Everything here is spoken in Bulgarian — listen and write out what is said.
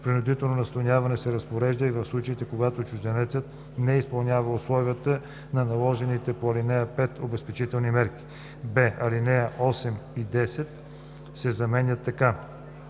Принудително настаняване се разпорежда и в случаите, когато чужденецът не изпълнява условията на наложените по ал. 5 обезпечителни мерки.“; б) алинеи 8 - 10 се изменят така: